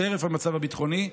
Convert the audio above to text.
חרף המצב הביטחוני,